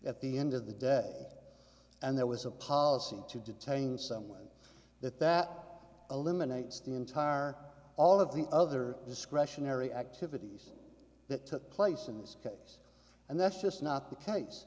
at the end of the dead and there was a policy to detain someone that that eliminates the entire are all of the other discretionary activities that took place in this case and that's just not the case